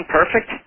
perfect